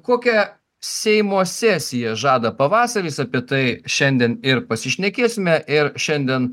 kokią seimo sesiją žada pavasaris apie tai šiandien ir pasišnekėsime ir šiandien